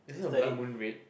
isn't the blood moon red